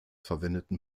verwendeten